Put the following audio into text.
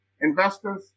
investors